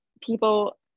people